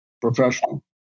professional